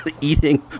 eating